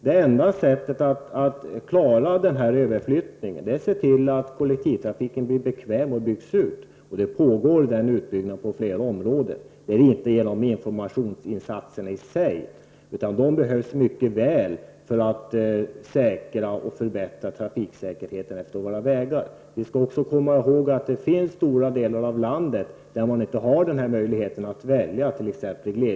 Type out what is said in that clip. Det enda sättet att klara överflyttningen är att se till att kollektivtrafiken blir bekväm och att den byggs ut. Denna utbyggnad pågår också på flera områden. Detta uppnås alltså inte genom informationsinsatserna i sig, men dessa behövs mycket väl för att vi skall kunna säkra och förbättra trafiksäkerheten längs våra vägar. Vi skall också komma ihåg att man i stora delar av landet, t.ex. i glesbygden, inte har denna möjlighet att välja.